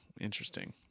interesting